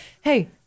Hey